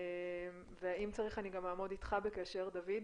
אם צריך אני גם אעמוד איתך בקשר דוד,